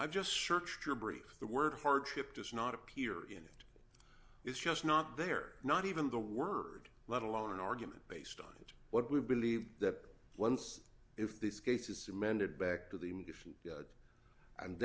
i just searched your brief the word hardship does not appear in it it's just not there not even the word let alone an argument based that what we believe that once if this case is amended back to the indifferent